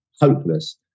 Hopeless